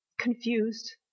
confused